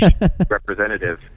representative